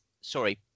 sorry